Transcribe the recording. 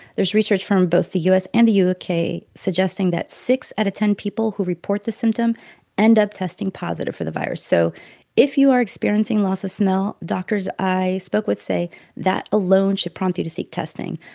there's research from both the u s. and the u ah k. suggesting that six out of ten people who report the symptom end up testing positive for the virus so if you are experiencing loss of smell, doctors i spoke with say that alone should prompt you to seek testing.